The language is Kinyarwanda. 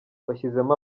bashyizemo